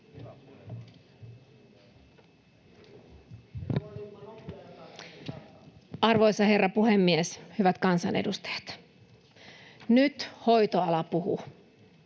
Arvoisa herra puhemies! Hyvät kansanedustajat! Nyt hoitoala puhuu.